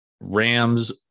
Rams